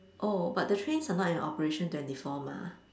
oh but the trains are not in operation twenty four mah